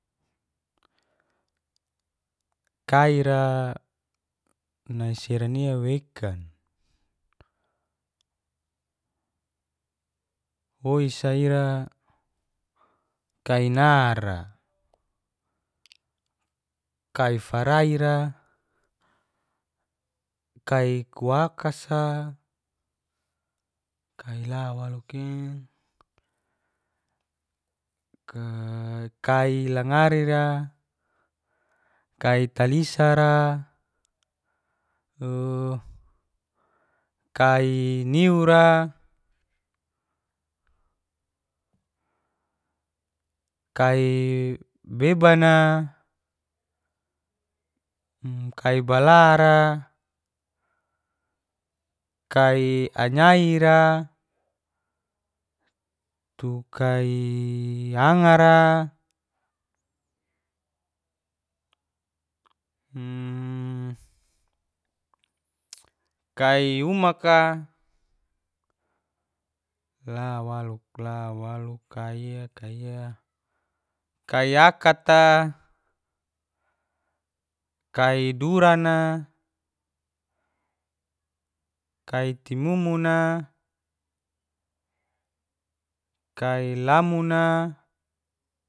Kaira nai sirania wekan woira ira, kai nara, kai faraira, kai kuwakas'a kai la walu'ki kai langarira, kai talisara, kai niura, kai bebana, kai balara, kai anyai'ra, tu kai anga'ra, kai umak'a, la waluk la waluk kai'ia kai'ia, kai aka'ta, kai durana, kai timumuna, kai lamu'na.